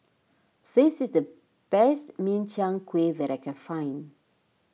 this is the best Min Chiang Kueh that I can find